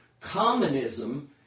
Communism